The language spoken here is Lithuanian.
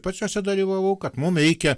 pats jose dalyvavau kad mum reikia